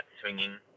swinging